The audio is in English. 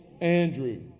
Andrew